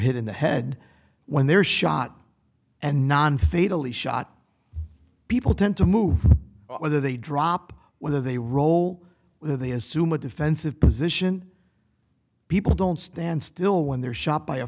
hit in the head when they're shot and non fatally shot people tend to move whether they drop whether they roll they assume a defensive position people don't stand still when they're shot by a